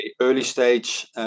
early-stage